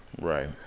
Right